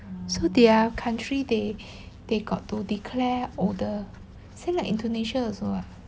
so their country they they got to declare older same like indonesia also [what]